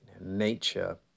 nature